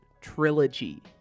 trilogy